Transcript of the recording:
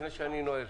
לפני שאני נועל,